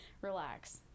relax